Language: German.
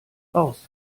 raus